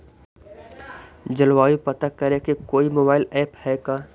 जलवायु पता करे के कोइ मोबाईल ऐप है का?